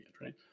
right